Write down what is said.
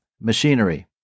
machinery